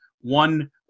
one